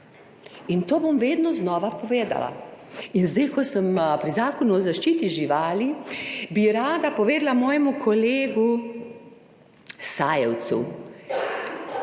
in to bom vedno znova povedala. In zdaj, ko sem pri Zakonu o zaščiti živali, bi rada povedala mojemu kolegu Sajevcu.